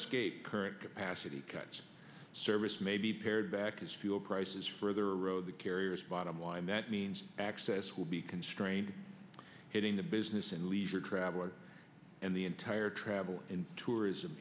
pe current capacity cuts service may be pared back as fuel prices further row the carrier's bottom line that means access will be constrained hitting the business and leisure travelers and the entire travel and tourism